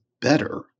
better